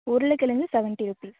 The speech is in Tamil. உருளைக் கிழங்கு சவன்ட்டி ரூபீஸ்